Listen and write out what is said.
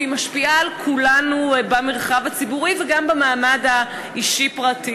והיא משפיעה על כולנו במרחב הציבורי וגם במעמד האישי-הפרטי.